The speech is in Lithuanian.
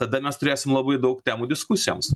tada mes turėsim labai daug temų diskusijoms